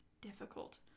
difficult